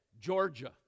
Georgia